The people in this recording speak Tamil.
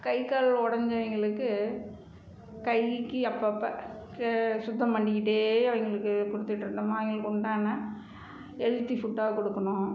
கை கால் உடைஞ்சவைங்களுக்கு கையிக்கு அப்பப்போ சுத்தம் பண்ணிக்கிட்டே அவங்களுக்கு கொடுத்துட்டு இருந்தோம்மா அவங்களுக்கு உண்டான ஹெல்த்தி ஃபுட்டாக கொடுக்கணும்